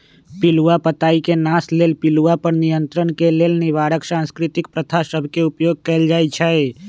पिलूआ पताई के नाश लेल पिलुआ पर नियंत्रण के लेल निवारक सांस्कृतिक प्रथा सभ के उपयोग कएल जाइ छइ